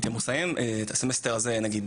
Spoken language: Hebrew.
הייתי צריך לסיים אבל לא הייתי בסמסטר האחרון,